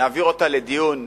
נעביר אותה לדיון,